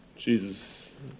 Jesus